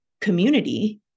community